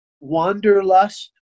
Wanderlust